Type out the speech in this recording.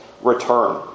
return